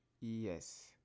Yes